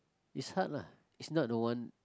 is hard lah is not the one